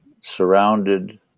surrounded